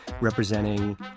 representing